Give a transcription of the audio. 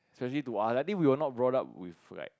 especially to us I think we are not brought up with right